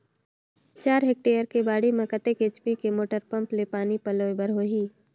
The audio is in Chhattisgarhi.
चार हेक्टेयर के बाड़ी म कतेक एच.पी के मोटर पम्म ले पानी पलोय बर होही?